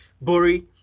Bori